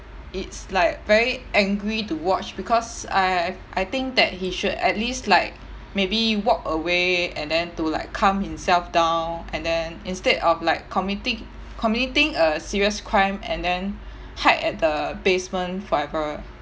it's like very angry to watch because I I think that he should at least like maybe walk away and then to like calm himself down and then instead of like committing committing a serious crime and then hide at the basement forever